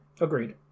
Agreed